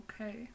okay